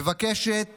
מבקשת